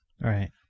Right